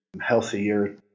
healthier